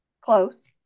close